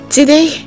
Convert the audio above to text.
Today